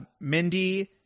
Mindy